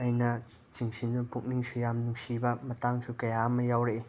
ꯑꯩꯅ ꯆꯤꯡꯁꯤꯟꯕ ꯄꯨꯛꯅꯤꯡꯁꯨ ꯌꯥꯝ ꯅꯨꯡꯁꯤꯕ ꯃꯇꯥꯡꯁꯨ ꯀꯌꯥ ꯑꯃ ꯌꯥꯎꯔꯛꯏ